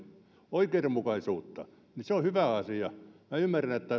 oikeudenmukaisuutta se on hyvä asia minä ymmärrän että